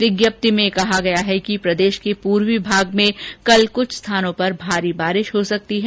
विज्ञप्ति में कहा गया है कि प्रदेष के पूर्वी भाग में कल कुछ स्थानों पर भारी बारिष हो सकती है